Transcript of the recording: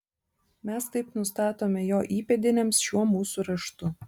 mes taip nustatome jo įpėdiniams šiuo mūsų raštu